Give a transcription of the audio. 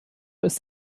ist